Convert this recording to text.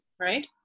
right